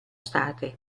state